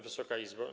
Wysoka Izbo!